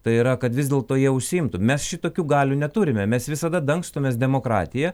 tai yra kad vis dėlto jie užsiimtų mes šitokių galių neturime mes visada dangstomės demokratija